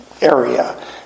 area